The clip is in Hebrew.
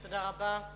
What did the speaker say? תודה רבה.